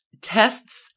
tests